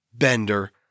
Bender